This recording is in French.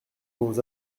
aux